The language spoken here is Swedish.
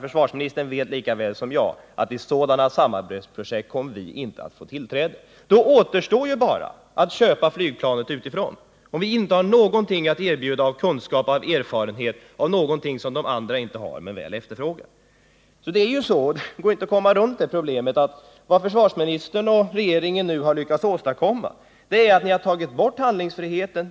Försvarsministern vet lika bra som jag att vi under de förutsättningarna inte kommer att få delta i något samarbetsprojekt. Om vi inte har någonting att erbjuda av kunskaper och erfarenheter som andra efterfrågar, återstår ingenting annat än att köpa flygplanet utifrån. Det går inte att komma förbi att vad försvarsministern och regeringen nu har lyckats åstadkomma är att ni tagit bort handlingsfriheten.